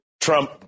Trump